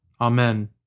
Amen